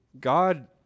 God